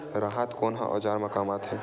राहत कोन ह औजार मा काम आथे?